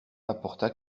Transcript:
apporta